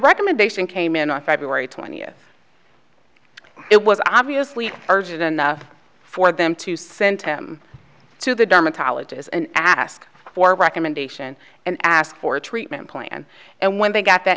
recommendation came in on february twentieth it was obviously urgent enough for them to send him to the dermatologist and ask for recommendation and ask for a treatment plan and when they got that